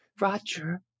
Roger